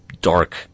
dark